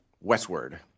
westward